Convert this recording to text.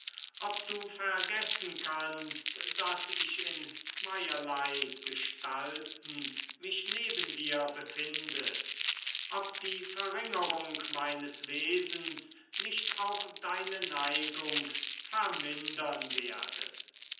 ob du vergessen kannst daß ich in zweierlei gestalten mich neben dir befinde ob die verringerung meines wesens nicht auch deine neigung vermindern werde